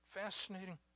Fascinating